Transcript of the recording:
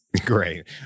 Great